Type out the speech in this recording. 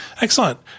Excellent